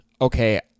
okay